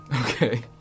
Okay